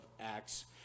Acts